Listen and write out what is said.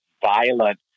violent